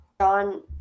John